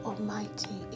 Almighty